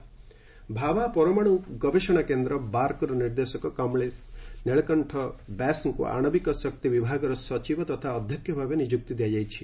DRDO Bhabha ପରମାଣୁ ଗବେଷଣା କେନ୍ଦ୍ର ବାର୍କର ନିର୍ଦ୍ଦେଶକ କମଳେଶ ନୀଳକଣ୍ଠ ବ୍ୟାସଙ୍କୁ ଆଣବିକ ଶକ୍ତି ବିଭାଗର ସଚିବ ତଥା ଅଧ୍ୟକ୍ଷ ଭାବେ ନିଯୁକ୍ତି ଦିଆଯାଇଛି